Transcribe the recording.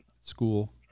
school